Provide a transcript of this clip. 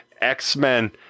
X-Men